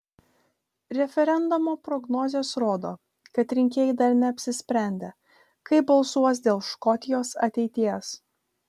referendumo prognozės rodo kad rinkėjai dar neapsisprendę kaip balsuos dėl škotijos ateities